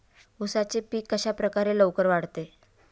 उसाचे पीक कशाप्रकारे लवकर वाढते?